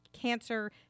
Cancer